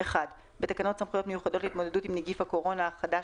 בתקנות סמכויות מיוחדות להתמודדות עם נגיף הקורונה החדש